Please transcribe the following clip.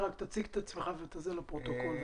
תציג את עצמך לפרוטוקול.